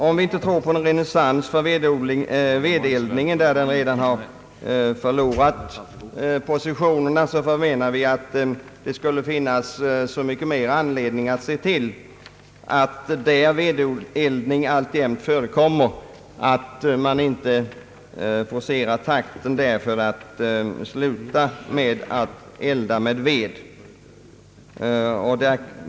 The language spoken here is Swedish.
Om det inte blir någon renässans för vedeldningen, där den redan har förlorat positionerna, menar vi att det skulle finnas så mycket mera anledning att se till att man där vedeldning alltjämt förekommer inte forcerar takten för att sluta med densamma.